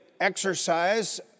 exercise